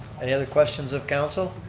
any other questions of council?